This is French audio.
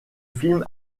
film